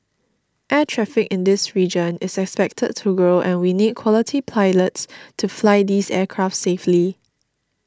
air traffic in this region is expected to grow and we need quality pilots to fly these aircraft safely